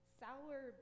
sour